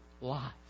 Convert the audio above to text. life